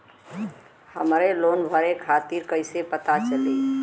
हमरे लोन भरे के तारीख कईसे पता चली?